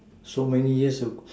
so many years ago